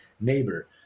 neighbor